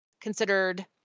considered